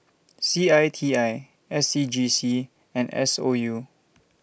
C I T I S C G C and S O U